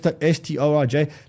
S-T-O-R-J